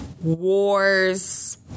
wars